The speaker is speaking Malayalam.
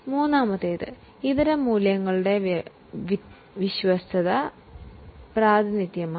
മൂന്നാമത്തേത് ഇതര മൂല്യങ്ങളുടെ വിശ്വസ്ത പ്രാതിനിധ്യമാണ്